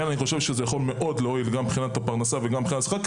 זה יכול להועיל מאוד לפרנסה והשכר כי